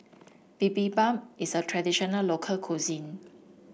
Bibimbap is a traditional local cuisine